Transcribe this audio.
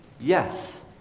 yes